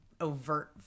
overt